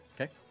Okay